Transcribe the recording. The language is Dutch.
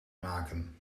maken